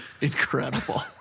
incredible